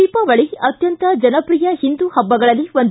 ದೀಪಾವಳಿ ಅತ್ಯಂತ ಜನಪ್ರಿಯ ಹಿಂದೂ ಹಬ್ಬಗಳಲ್ಲಿ ಒಂದು